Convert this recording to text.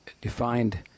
defined